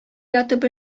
ятып